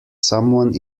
someone